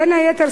בין היתר,